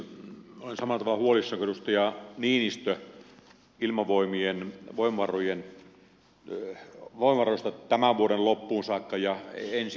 olen samalla tavalla huolissani kuin edustaja niinistö ilmavoimien voimavaroista tämän vuoden loppuun saakka ja ensi vuonna